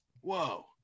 Whoa